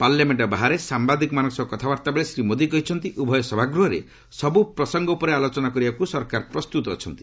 parliament ବାହାରେ ସାମ୍ଘାଦିକମାନଙ୍କ ସହ କଥାବାର୍ତ୍ତା ବେଳେ ଶ୍ରୀ ମୋଦି କହିଛନ୍ତି ଉଭୟ ସଭାଗୃହରେ ସବୁ ପ୍ରସଙ୍ଗ ଉପରେ ଆଲୋଚନା କରିବାକୁ ସରକାର ପ୍ରସ୍ତୁତ ଅଛନ୍ତି